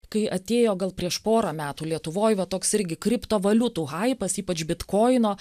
kai atėjo gal prieš porą metų lietuvoj va toks irgi kriptovaliutų haipas ypač bitkoino